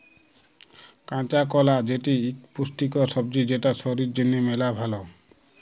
কাঁচা কলা যেটি ইক পুষ্টিকর সবজি যেটা শরীর জনহে মেলা ভাল